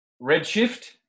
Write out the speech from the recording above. Redshift